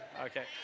okay